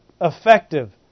Effective